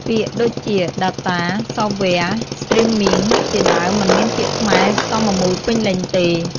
ពាក្យដូចជា "data", "software", "streaming" ជាដើមមិនមានពាក្យខ្មែរសមមូលពេញលេញទេ។